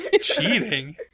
cheating